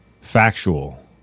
factual